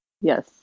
Yes